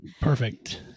perfect